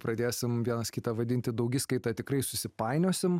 pradėsim vienas kitą vadinti daugiskaita tikrai susipainiosim